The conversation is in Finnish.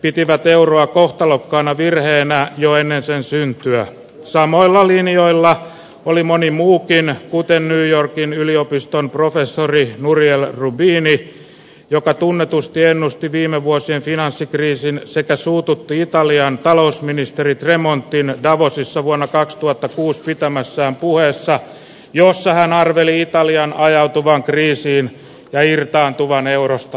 itivät euroa kohtalokkaana virheenä jo ennen sen syntyä samoilla linjoilla oli moni muukin uuteen yorkin yliopiston professori muriel rubini joka tunnetusti ennusti viime vuosien finanssikriisin sekä suututti italian talousministerit remonttiin davosissa vuonna kaksituhattakuusi pitämässään puheessa jossa hän arveli italiaan ajautuvan kriisiin ja irtaantuvan eurosta